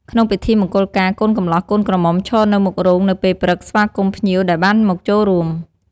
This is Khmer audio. ក្នុងពិធីមង្គលការ កូនកម្លោះកូនក្រមុំ ឈរនៅមុខរោងនៅពេលព្រឹកស្វាគមន៍ភ្ញៀវដែលបានមកចូលរួម។